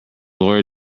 lawyer